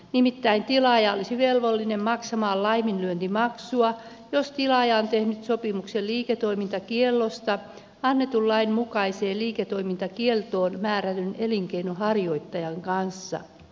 nimittäin tilaaja olisi velvollinen maksamaan laiminlyöntimaksua jos tilaaja on tehnyt sopimuksen liiketoimintakiellosta annetun lain mukaiseen liiketoimintakieltoon määrätyn elinkeinonharjoittajan kanssa